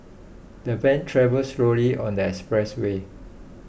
the van travelled slowly on the express way